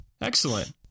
Excellent